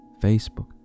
Facebook